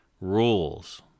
rules